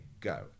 go